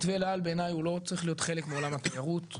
מתווה אל על בעיני לא צריך להיות חלק מעולם התיירות.